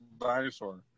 dinosaur